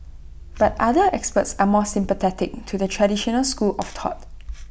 but other experts are more sympathetic to the traditional school of thought